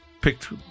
picked